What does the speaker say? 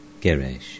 Girish